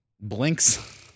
Blinks